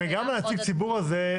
הרי גם נציג הציבור הזה,